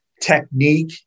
technique